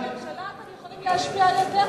אבל בממשלה אתם יכולים להשפיע יותר,